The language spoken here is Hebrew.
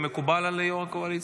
על יו"ר הקואליציה?